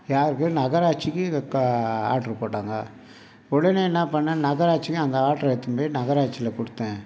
யாருக்கு நகராட்சிக்கு ஆர்ட்ரு போட்டாங்க உடனே என்ன பண்ணேன் நகராட்சிக்கு அந்த ஆர்ட்ரு எடுத்துனு போய் நகராட்சியில் கொடுத்தேன்